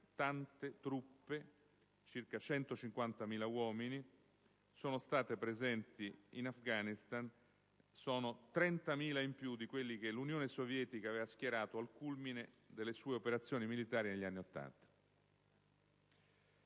tante truppe (circa 150.000 uomini) sono state presenti in Afghanistan: 30.000 uomini in più di quelli che l'Unione Sovietica aveva schierato al culmine delle sue operazioni militari negli anni Ottanta.